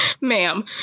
ma'am